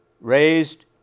raised